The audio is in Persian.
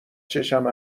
چشم